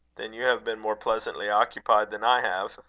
then you have been more pleasantly occupied than i have,